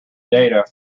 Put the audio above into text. data